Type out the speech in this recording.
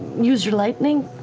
use your lightning.